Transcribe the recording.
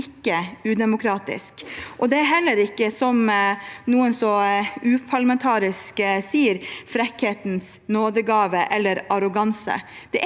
ikke udemokratisk, og det er heller ikke, som noen så uparlamentarisk sier, «frekkhetens nådegave» eller «arroganse».